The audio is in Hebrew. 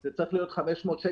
זה צריך להיות 500 שקל,